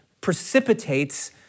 precipitates